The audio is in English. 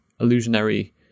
illusionary